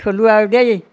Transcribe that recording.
থলো আৰু দেই